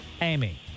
Amy